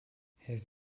his